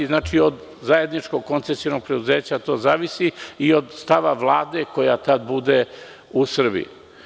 Od zajedničkog koncesionog preduzeća to zavisi i od stava Vlade koja tada bude u Srbiji.